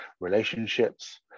relationships